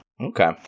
Okay